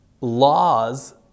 laws